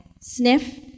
sniff